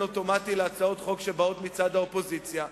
אוטומטי להצעות חוק שבאות מצד האופוזיציה,